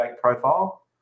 profile